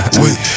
wait